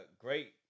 great